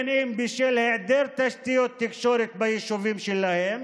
אם בשל היעדר תשתיות תקשורת ביישובים שלהם